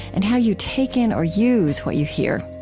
and how you take in or use what you hear.